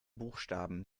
buchstaben